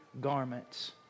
garments